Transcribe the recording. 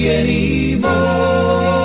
anymore